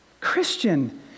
Christian